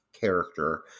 character